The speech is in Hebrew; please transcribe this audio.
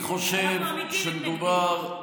אנחנו אמיתי מתנגדים.